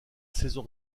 saison